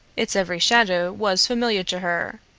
its every shadow was familiar to her,